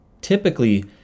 Typically